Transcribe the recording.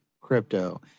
crypto